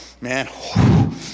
man